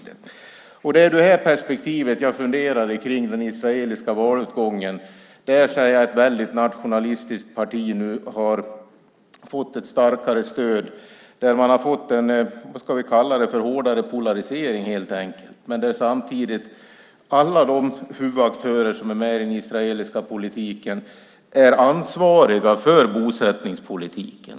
Det är i det här perspektivet som jag funderar kring den israeliska valutgången där ett väldigt nationalistiskt parti nu har fått ett starkare stöd. Man har helt enkelt fått en hårdare polarisering. Men samtidigt är alla de huvudaktörer som är med i den israeliska politiken ansvariga för bosättningspolitiken.